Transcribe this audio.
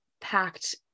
packed